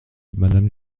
madame